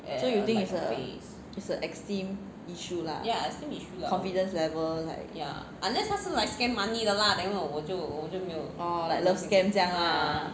so you think is a is a esteem issue lah confidence level like orh like love scam 这样 lah